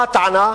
מה הטענה?